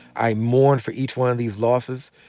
i mourn for each one of these losses.